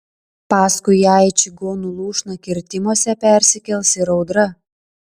paskui ją į čigonų lūšną kirtimuose persikels ir audra